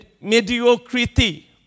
Mediocrity